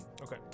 okay